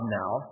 now